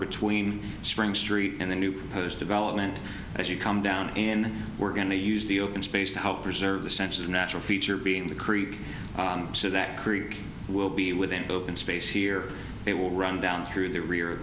between spring street and the new proposed development as you come down in we're going to use the open space to help preserve the sense of natural feature being the creek so that creek will be within open space here it will run down through the rear